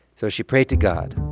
so she prayed to god.